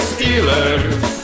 Steelers